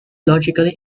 logically